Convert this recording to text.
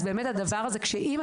אז באמת הדבר הזה קשה,